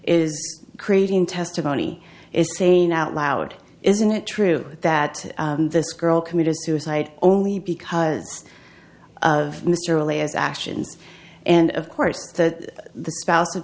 is creating testimony is saying out loud isn't it true that this girl committed suicide only because of mr lay as actions and of course that the spouse